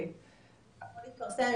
הכול יתפרסם,